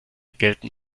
gelten